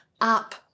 up